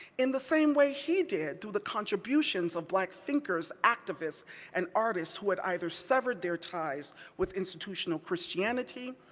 in the same way he did, through the contributions of black thinkers, activists and artists who had either severed their ties with institutional christianity,